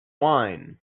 wine